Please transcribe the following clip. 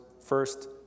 first